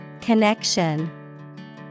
Connection